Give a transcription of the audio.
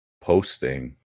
posting